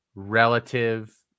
relative